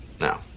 Now